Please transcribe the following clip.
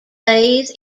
days